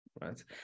Right